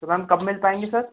तो मैम कब मिल पाएंगे सर